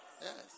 Yes